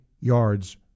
yards